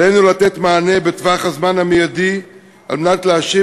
עלינו לתת מענה בטווח הזמן המיידי כדי להשיב